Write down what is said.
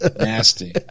Nasty